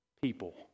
people